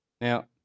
Now